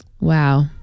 Wow